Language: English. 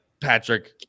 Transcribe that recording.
Patrick